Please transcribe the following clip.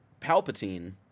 Palpatine